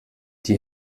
die